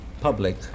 public